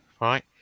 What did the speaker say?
right